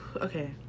Okay